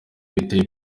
biteye